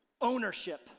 ownership